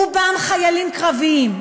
רובם חיילים קרביים,